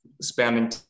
spending